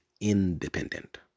independent